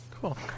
Cool